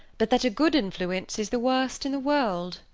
but that a good influence is the worst in the world.